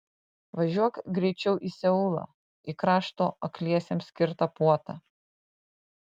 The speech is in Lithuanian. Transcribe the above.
važiuok greičiau į seulą į krašto akliesiems skirtą puotą